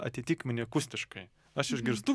atitikmenį akustiškai aš išgirstu